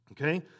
Okay